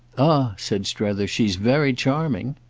ah, said strether, she's very charming.